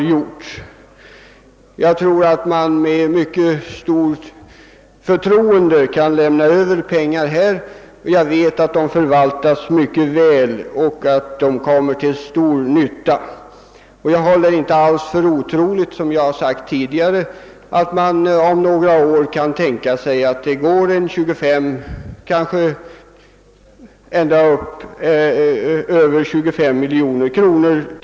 Jag tror att man med stort förtroende kan anslå dessa pengar, och jag vet att de förvaltas mycket väl och kommer till stor nytta. Jag håller, som jag har sagt tidigare, inte alls för otroligt att anslaget till frivilliga organisationer om några år kan uppgå till 25 miljoner kronor.